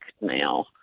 now